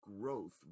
growth